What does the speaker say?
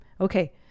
okay